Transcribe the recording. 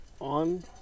on